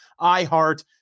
iHeart